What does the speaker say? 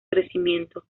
crecimiento